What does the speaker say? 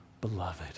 beloved